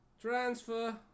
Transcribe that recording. transfer